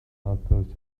outpost